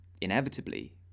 inevitably